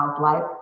life